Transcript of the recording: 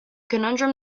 conundrum